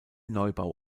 neubau